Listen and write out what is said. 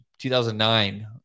2009